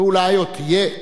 ואולי עוד תהיה,